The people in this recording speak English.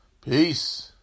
Peace